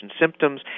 symptoms